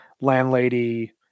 landlady